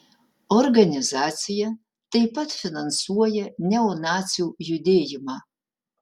organizacija taip pat finansuoja neonacių judėjimą